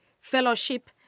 fellowship